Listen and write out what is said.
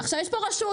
עכשיו יש פה רשות,